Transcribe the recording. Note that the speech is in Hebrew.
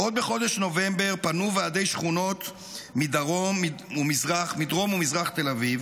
עוד בחודש נובמבר פנו לעירייה ועדי שכונות מדרום ומזרח תל אביב,